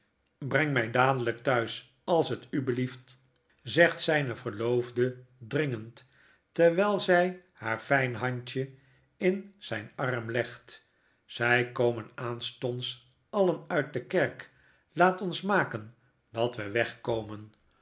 breng my dadelyk thuis als t u blieft zegt zyne verloofde dringend terwyl zy haar fijn handje op zyn arm legt zy komen aanstonds alien uit de kerk laat ons maken dat we weg